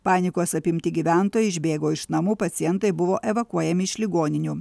panikos apimti gyventojai išbėgo iš namų pacientai buvo evakuojami iš ligoninių